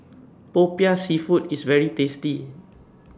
Popiah Seafood IS very tasty